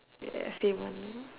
yes stable new